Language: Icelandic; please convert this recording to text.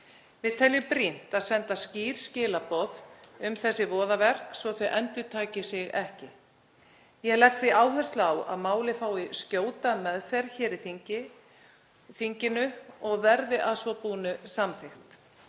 Við teljum brýnt að senda skýr skilaboð um þessi voðaverk svo þau endurtaki sig ekki. Ég legg því áherslu á að málið fái skjóta meðferð hér í þinginu og verði að svo búnu samþykkt.